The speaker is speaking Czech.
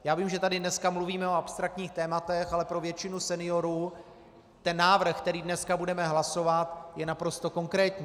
Já vím, že tady dneska mluvíme o abstraktních tématech, ale pro většinu seniorů návrh, který dneska budeme hlasovat, je naprosto konkrétní.